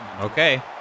Okay